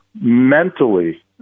mentally